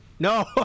No